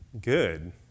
good